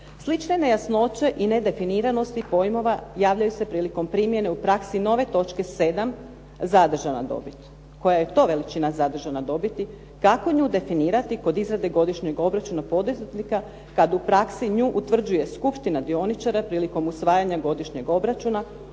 Slične nejasnoće i nedefiniranosti pojmova javljaju se prilikom primjene u praksi nove točke 7. "zadržana dobit". Koja je to veličina "zadržana dobit", kako nju definirati kod izrade godišnjeg obračuna poduzetnika, kada u praksi nju utvrđuje skupština dioničara prilikom usvajanja godišnjeg obračuna,